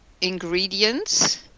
ingredients